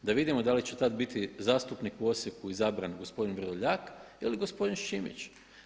Da vidimo da li će tad biti zastupnik u Osijeku izabran gospodin Vrdoljak ili gospodin Šimić.